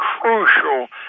crucial